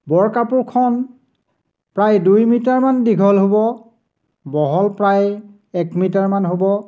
বৰ কাপোৰখন প্ৰায় দুই মিটাৰমান দীঘল হ'ব বহল প্ৰায় এক মিটাৰমান হ'ব